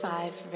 Five